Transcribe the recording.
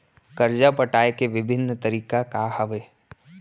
करजा पटाए के विभिन्न तरीका का हवे?